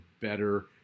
better